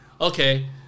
okay